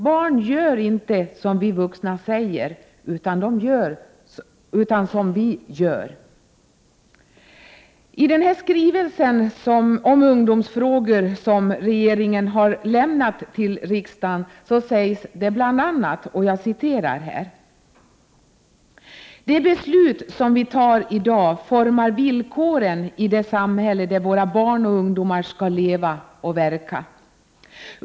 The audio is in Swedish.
Barn gör inte som vi vuxna säger, utan som vi gör. I den skrivelse om ungdomsfrågor som regeringen lämnat till riksdagen sägs bl.a.: ”De beslut som vi tar i dag formar villkoren i det samhälle där våra barn och ungdomar skall leva och verka.